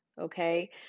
okay